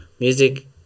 music